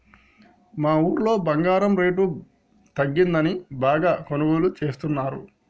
మా ఊరోళ్ళు బంగారం రేటు తగ్గిందని బాగా కొనుగోలు చేస్తున్నరు